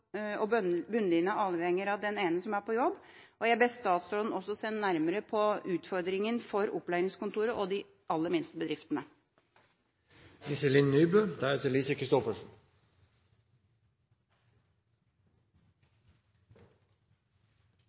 og der bunnlinja avhenger av den ene som er på jobb. Jeg ber statsråden også se nærmere på utfordringen for Opplæringskontoret og de aller minste